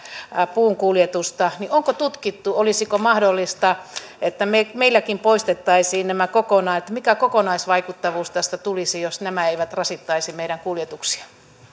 puun kuljetusta onko tutkittu olisiko mahdollista että meilläkin poistettaisiin nämä kokonaan mikä kokonaisvaikuttavuus tästä tulisi jos nämä eivät rasittaisi meidän kuljetuksia